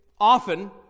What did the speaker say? often